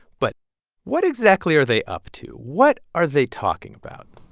but what exactly are they up to? what are they talking about?